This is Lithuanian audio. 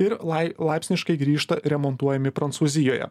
ir lai laipsniškai grįžta remontuojami prancūzijoje